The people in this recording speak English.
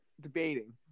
debating